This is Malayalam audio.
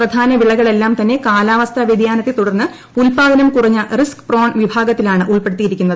പ്രധാന വിളകളെല്ലാം തന്നെ കാലാവസ്ഥ വൃതിയാനത്തെ തൂടർന്ന് ഉൽപാദനം കുറഞ്ഞ റിസ്ക് പ്രോൺ വിഭാഗത്തിലാണ് ഉൾപ്പെടുത്തിയിരിക്കുന്നത്